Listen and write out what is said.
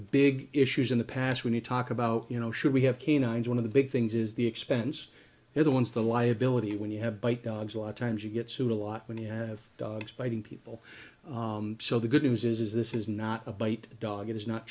big issues in the past when you talk about you know should we have canines one of the big things is the expense they're the ones the liability when you have a lot of times you get sued a lot when you have dogs biting people so the good news is this is not a bite dog it is not